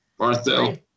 Barthel